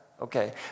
okay